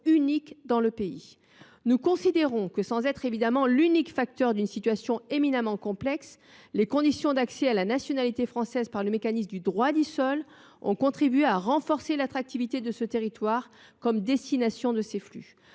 unique dans le pays. Nous considérons que, sans être l’unique facteur d’une situation éminemment complexe, les conditions d’accès à la nationalité française par le mécanisme du droit du sol ont contribué à renforcer l’attractivité de ce territoire comme destination de ces flux.